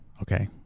Okay